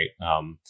right